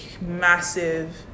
massive